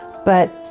but,